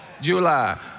July